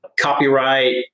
copyright